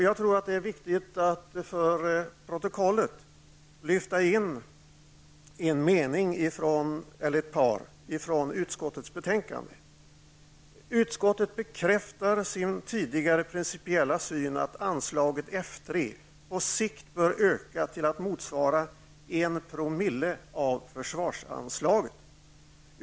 Jag tror att det är viktigt att i protokollet lyfta in en mening eller ett par från utskottets betänkande: ''Utskottet bekräftar sin tidigare principiella syn att anslaget F 3 på sikt bör öka till att motsvara en promille av försvarsanslaget.